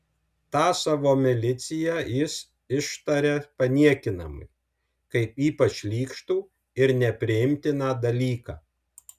tą savo miliciją jis ištaria paniekinamai kaip ypač šlykštų ir nepriimtiną dalyką